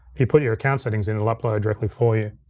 if you put your account settings in, it'll upload directly for you.